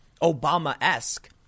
Obama-esque